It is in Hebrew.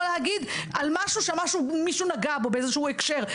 יכול להגיד על משהו שמישהו נגע בו באיזשהו הקשר,